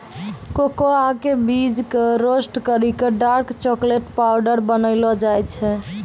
cocoa के बीज कॅ रोस्ट करी क डार्क चाकलेट पाउडर बनैलो जाय छै